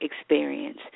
experience